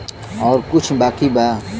और कुछ बाकी बा?